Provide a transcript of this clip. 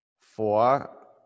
four